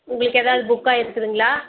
உங்களுக்கு ஏதாவுது புக் ஆகிருக்குதுங்களா